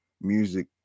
music